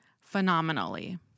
phenomenally